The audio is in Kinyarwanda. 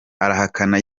arahakana